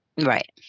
Right